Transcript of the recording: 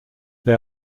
they